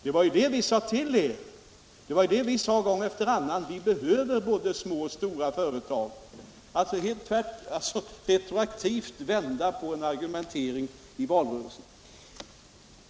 Det var ju vi som gång efter annan sade till er att vi behöver både små och stora företag.